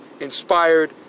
inspired